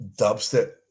dubstep